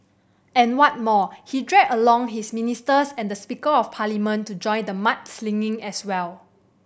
and what more he dragged along his ministers and the Speaker of Parliament to join the mudslinging as well